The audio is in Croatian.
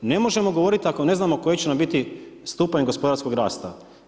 Ne možemo govoriti ako ne znamo koji će nam biti stupanj gospodarskog rasta.